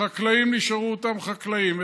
החקלאים נשארו אותם חקלאים,